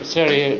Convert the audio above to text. Sorry